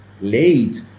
late